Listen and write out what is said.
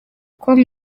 com